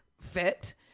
fit